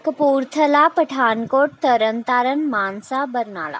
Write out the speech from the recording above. Kapurthala Pathankot Tarn Taran Mansa Barnala